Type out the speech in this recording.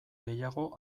gehiago